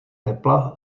tepla